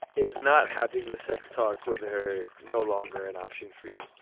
is not having the sex talk with her. no longer an option for you?